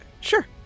sure